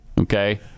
okay